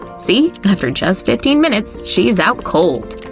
see? after just fifteen minutes, she's out cold.